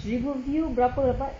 seribu view berapa dapat